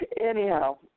Anyhow